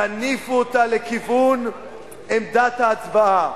תניפו אותה לכיוון עמדת ההצבעה